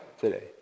today